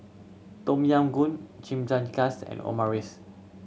Tom Yam Goong Chimichangas and Omurice